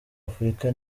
afurika